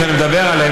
שאני מדבר עליהן,